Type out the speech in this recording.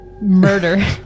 murder